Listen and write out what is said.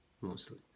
mostly